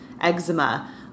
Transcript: eczema